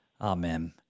amen